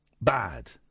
bad